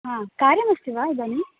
हा कार्यमस्ति वा इदानीं